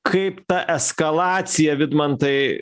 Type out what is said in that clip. kaip ta eskalacija vidmantai